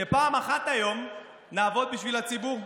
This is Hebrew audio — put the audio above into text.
שפעם אחת היום נעבוד בשביל הציבור.